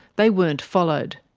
they weren't followed.